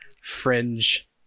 fringe